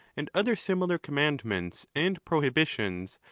and other similar commandments and prohibitions,